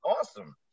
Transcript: awesome